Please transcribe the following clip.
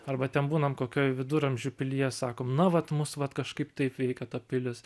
arba ten būnant kokioj viduramžių pilyje sakom na vat mus vat kažkaip taip veikia ta pilis